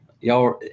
Y'all